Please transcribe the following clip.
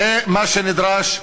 זה מה שנדרש,